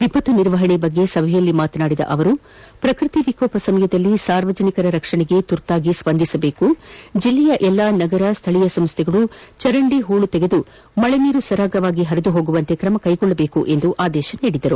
ವಿಪತ್ತು ನಿರ್ವಹಣೆ ಕುರಿತ ಸಭೆಯಲ್ಲಿ ಮಾತನಾಡಿದ ಅವರು ಪ್ರಕೃತಿ ವಿಕೋಪ ಸಮಯದಲ್ಲಿ ಸಾರ್ವಜನಿಕರ ರಕ್ಷಣೆಗೆ ತುರ್ತಾಗಿ ಸ್ಪಂದಿಸಬೇಕು ಜಿಲ್ಲೆಯ ಎಲ್ಲಾ ನಗರ ಸ್ಥಳೀಯ ಸಂಸ್ಥೆಗಳು ಚರಂಡಿ ಹೂಳು ತೆಗೆದು ಮಳೆ ನೀರು ಸರಾಗವಾಗಿ ಪರಿದು ಹೋಗುವಂತೆ ಕ್ರಮ ಕೈಗೊಳ್ಳಬೇಕು ಎಂದು ಆದೇತಿಸಿದರು